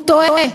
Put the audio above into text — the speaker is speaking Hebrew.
הוא טועה.